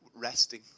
resting